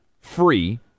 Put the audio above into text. free